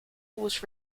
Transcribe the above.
was